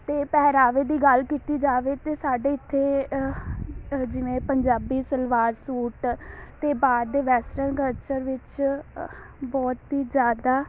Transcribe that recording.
ਅਤੇ ਪਹਿਰਾਵੇ ਦੀ ਗੱਲ ਕੀਤੀ ਜਾਵੇ ਤਾਂ ਸਾਡੇ ਇੱਥੇ ਅਹ ਅਹ ਜਿਵੇਂ ਪੰਜਾਬੀ ਸਲਵਾਰ ਸੂਟ ਅਤੇ ਬਾਹਰ ਦੇ ਵੈਸਟਰਨ ਕਲਚਰ ਵਿੱਚ ਅ ਬਹੁਤ ਹੀ ਜ਼ਿਆਦਾ